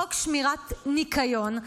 חוק שמירת ניקיון,